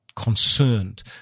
concerned